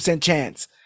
chance